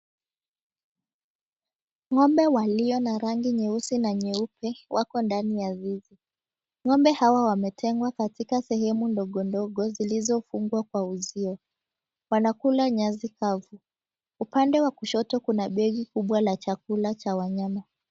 Ng'ombe walio na rangi nyeusi na nyeupe wako ndani ya zizi, ng'ombe hawa wametengwa katika sehemu ndogondogo zilizo fungwa kwa uzio. Wanakula nyasi kavu, upande wa kushoto kuna begi kubwa la chakula cha wanyama.